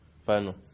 final